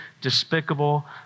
despicable